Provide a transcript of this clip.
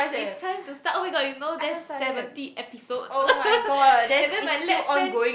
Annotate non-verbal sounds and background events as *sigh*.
is time to start oh-my-god you know that's seventy episodes *laughs* and then my lab friends